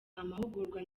amahugurwa